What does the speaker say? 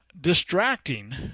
distracting